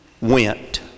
went